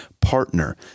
partner